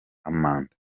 amanda